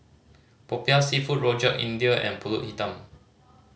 Popiah Seafood Rojak India and Pulut Hitam